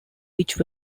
which